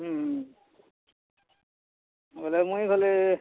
ହୁଁ ହୁଁ ଗଲେ ମୁଇଁ ଗଲେ